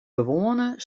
gewoane